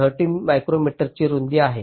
32 micrometre रूंद आहे